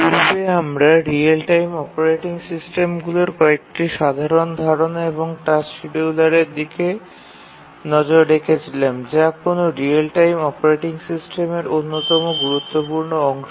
পূর্বে আমরা real time operating সিস্টেমগুলির কয়েকটি সাধারণ ধারণা এবং টাস্ক শিডিয়ুলারের দিকে নজর রেখেছিলাম যা কোনও রিয়েল টাইম অপারেটিং সিস্টেমের অন্যতম গুরুত্বপূর্ণ আংশ